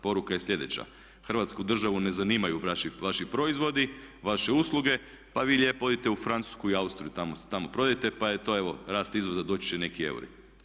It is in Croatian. Poruka je slijedeća hrvatsku državu ne zanimaju vaši proizvodi, vaše usluge pa vi lijepo odite u Francusku i Austriju tamo prodajte pa je to evo rast izvoza, doći će neki euri.